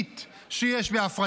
שקלים בשנה מוצר שיש אותו בשוק בשופי?